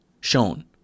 Shown